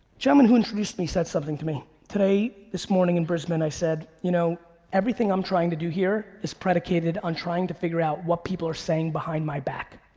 gentleman who introduced me said something to me, today, this morning in brisbane i said, you know, everything i'm trying to do here is predicated on trying to figure out what people are saying behind my back.